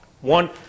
One